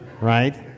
right